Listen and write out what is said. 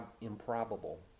improbable